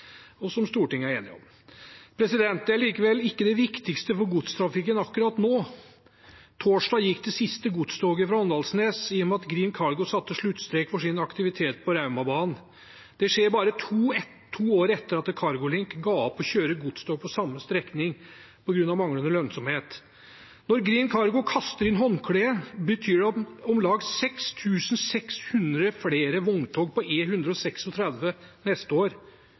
og som Stortinget er enig om. Det er likevel ikke det viktigste for godstrafikken akkurat nå. Torsdag gikk det siste godstoget fra Åndalsnes i og med at Green Cargo satte sluttstrek for sin aktivitet på Raumabanen. Det skjer bare to år etter at Cargolink ga opp å kjøre godstog på samme strekning på grunn av manglende lønnsomhet. Når Green Cargo kaster inn håndkleet, betyr det om lag 6 600 flere vogntog på E136 neste år.